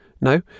No